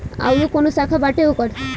आयूरो काऊनो शाखा बाटे ओकर